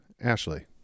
ashley